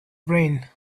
brain